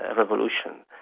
and revolution?